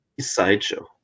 Sideshow